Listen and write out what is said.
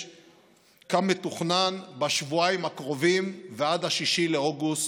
כמתוכנן בשבועיים הקרובים ועד 6 באוגוסט,